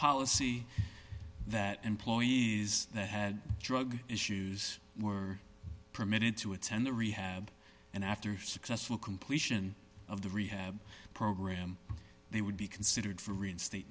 policy that employees that had drug issues were permitted to attend the rehab and after successful completion of the rehab program they would be considered for reinstate